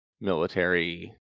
military